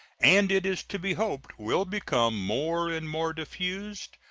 and it is to be hoped will become more and more diffused,